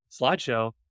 slideshow